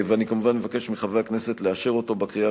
ואני כמובן מבקש מחברי הכנסת לאשר אותו בקריאה